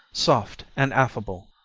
soft and affable.